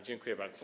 Dziękuję bardzo.